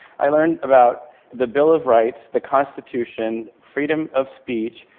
i learned about the bill of rights, the constitution, freedom of speech,